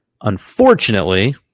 Unfortunately